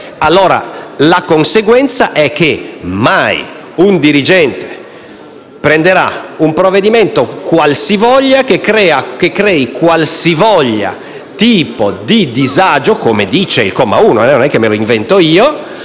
allora la conseguenza è che mai un dirigente prenderà un provvedimento qualsiasi che crei qualsivoglia tipo di disagio, come dice il comma 1 (non è che lo sto inventando